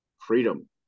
freedom